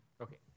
Okay